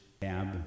tab